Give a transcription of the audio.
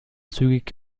zügig